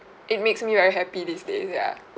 it makes me very happy these days ya